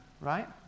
right